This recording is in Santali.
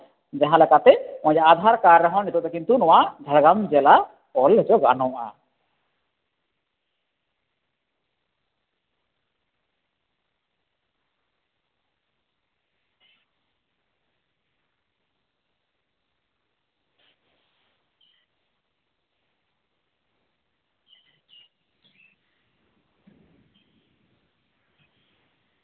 ᱡᱟᱦᱟᱸᱞᱮᱠᱟᱛᱮ ᱟᱫᱷᱟᱨ ᱠᱟᱨᱰ ᱨᱮᱦᱚᱸ ᱱᱤᱛᱳᱜ ᱫᱚ ᱠᱤᱱᱛᱩ ᱱᱚᱣᱟ ᱡᱷᱟᱲᱜᱨᱟᱢ ᱡᱮᱞᱟ ᱚᱞ ᱦᱚᱪᱚ ᱜᱟᱱᱚᱜᱼᱟ